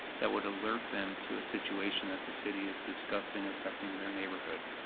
that would alert them to a situation that the city is discussing affecting their neighborhood?